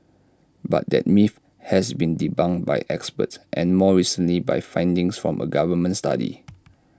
but that myth has been debunked by experts and more recently by findings from A government study